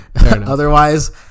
otherwise